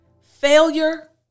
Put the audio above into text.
Failure